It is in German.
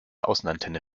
außenantenne